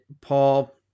Paul